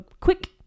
quick